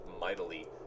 mightily